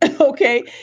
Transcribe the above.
Okay